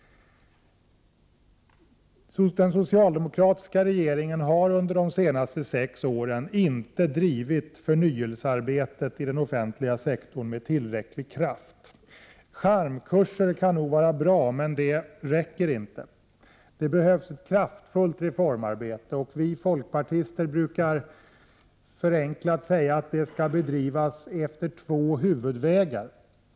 Den socialdemokratiska regeringen har under de senaste sex åren inte drivit förnyelsearbetet i den offentliga sektorn med tillräcklig kraft. Charmkurser kan nog vara bra, men de räcker inte. Det behövs ett kraftfullt reformarbete. Vi folkpartister brukar säga att det skall bedrivas efter två huvudvägar.